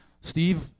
steve